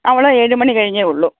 അവൾ എഴുമണി കഴിഞ്ഞേ ഉള്ളൂ